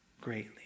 greatly